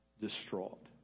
distraught